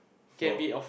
for